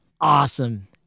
awesome